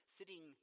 sitting